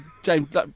James